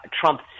Trump